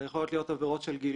הן יכולות להיות עבירות של גילוי,